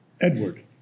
Edward